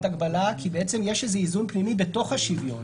הגבלה כי בעצם יש איזה איזון פנימי בתוך השוויון,